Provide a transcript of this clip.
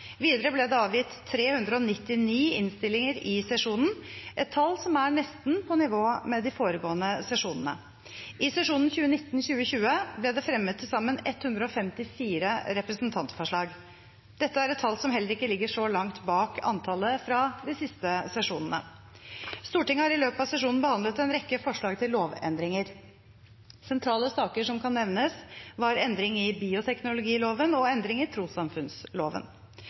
Videre ble det avgitt 399 innstillinger i sesjonen, et tall som er nesten på nivå med de foregående sesjonene. I sesjonen 2019–2020 ble det fremmet til sammen 154 representantforslag. Dette er et tall som heller ikke ligger så langt bak antallet fra de siste sesjonene. Stortinget har i løpet av sesjonen behandlet en rekke forslag til lovendringer. Sentrale saker som kan nevnes, var endring i bioteknologiloven og endring i trossamfunnsloven.